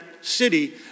city